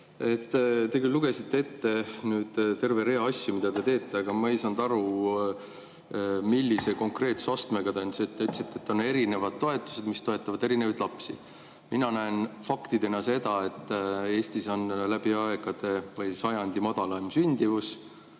Te küll lugesite ette terve rea asju, mida te teete, aga ma ei saanud aru, millise konkreetsusastmega. Te ütlesite, et on erinevad toetused, mis toetavad erinevaid lapsi. Mina näen faktina seda, et Eestis on läbi aegade või sajandi madalaim sündimus.